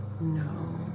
no